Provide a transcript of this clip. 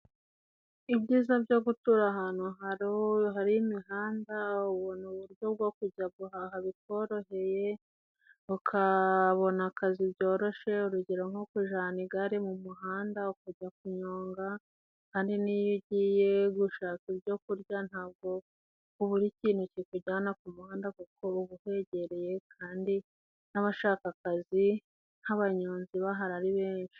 Ibyiza byo gutura ahantu hari imihanda, ubona uburyo bwo kujya guhaha bikoroheye, ukabona akazi byoroshye, urugero nko kujana igare mu muhanda ukajya kunyonga, kandi ugiye gushaka ibyo kurya ntabwo ubura ikintu kikujyana ku muhanda, kuko uba uhegereye kandi n'abashaka akazi nk'abanyonzi bahari ari benshi.